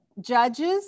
judges